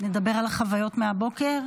נדבר על החוויות מהבוקר?